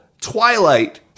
Twilight